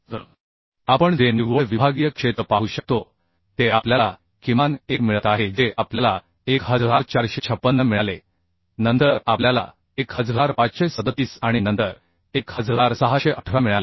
तर आपण जे निव्वळ विभागीय क्षेत्र पाहू शकतो ते आपल्याला किमान एक मिळत आहे जे आपल्याला 1456 मिळाले नंतर आपल्याला 1537 आणि नंतर 1618 मिळाले